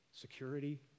security